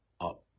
up